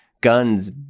guns